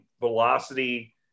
velocity